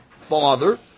father